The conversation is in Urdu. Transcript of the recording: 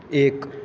ایک